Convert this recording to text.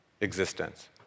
existence